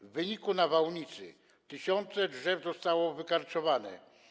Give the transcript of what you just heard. W wyniku nawałnicy tysiące drzew zostało wykarczowanych.